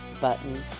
button